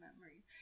memories